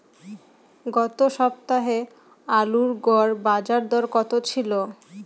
গত সপ্তাহে আলুর গড় বাজারদর কত ছিল?